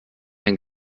ein